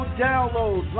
download